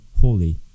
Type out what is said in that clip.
holy